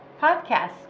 podcast